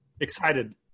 Excited